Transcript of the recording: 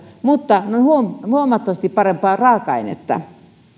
mutta ne ovat huomattavasti parempaa raaka ainetta